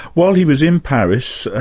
while he was in paris,